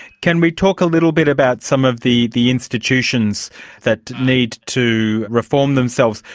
can we talk a little bit about some of the the institutions that need to reform themselves?